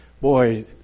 boy